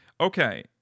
Okay